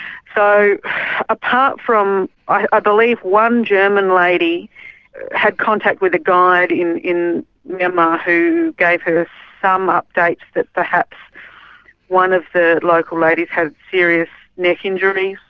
so apart from, i believe one german lady had contact with a guide in in myanmar who gave her some updates that perhaps one of the local ladies had serious neck injuries,